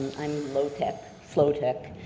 i'm low tech, slow tech,